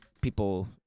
people